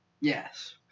Yes